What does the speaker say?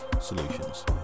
solutions